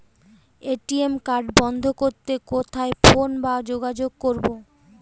ATM card বন্ধ করতে কোথায় ফোন বা যোগাযোগ করব?